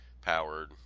powered